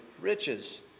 riches